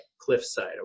cliffside